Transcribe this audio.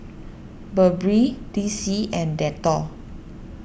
Burberry D C and Dettol